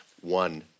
one